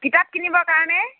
কিতাপ কিনিবৰ কাৰণে